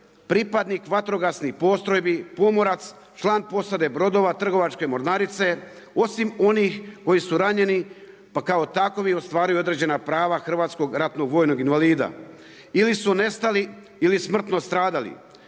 pripadnik vatrogasnih postrojbi, pomorac, član posada brodova trgovačke mornarice, osim onih koji su ranjeni pa kao takvi ostvaruju prava hrvatskog ratnog vojnog invalida. Ili su nestali ili smrtno stradali,